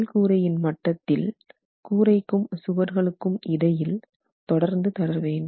மேல் கூரையில் மட்டத்தில் கூரைக்கும் சுவர்களுக்கும் இடையில் தொடர்ந்து தரவேண்டும்